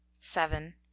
seven